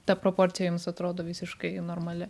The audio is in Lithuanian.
ta proporcija jums atrodo visiškai normali